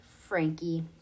Frankie